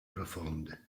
profonde